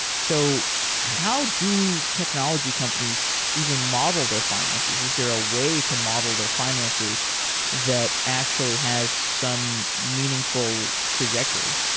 so how do technology companies even model their finances? is there a way to model their finances that actually has some meaningful trajectory?